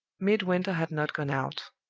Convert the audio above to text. midwinter had not gone out.